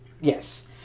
Yes